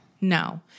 no